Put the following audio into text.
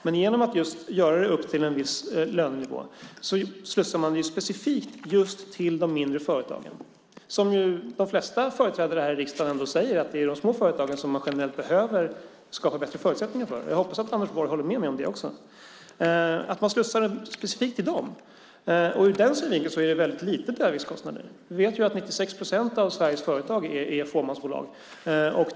Men genom att just göra det upp till en viss lönenivå slussar man det specifikt till de mindre företagen. De flesta företrädarna här i riksdagen säger ändå att det är de små företagen som man generellt behöver skapa bättre förutsättningar för. Jag hoppas att Anders Borg håller med mig om det. Man slussar det alltså specifikt till dem. Ur den synvinkeln är det väldigt lite dödviktskostnader. Vi vet att 96 procent av Sveriges företag är fåmansbolag.